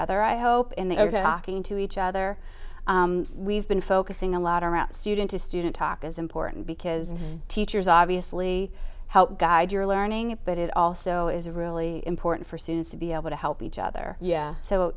other i hope in the overhead talking to each other we've been focusing a lot around student to student talk is important because teachers obviously help guide your learning but it also is really important for students to be able to help each other